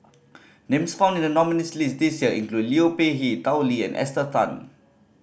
names found in the nominees' list this year include Liu Peihe Tao Li and Esther Tan